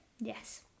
Yes